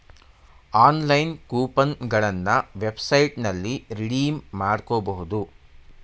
online coupon ಗಳನ್ನ ವೆಬ್ಸೈಟ್ನಲ್ಲಿ redeem ಮಾಡ್ಕೋಬಹುದು